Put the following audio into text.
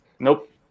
Nope